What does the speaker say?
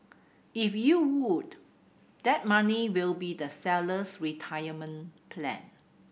if you would that money will be the seller's retirement plan